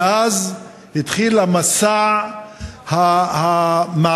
ואז התחיל המסע המעליב,